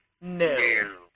No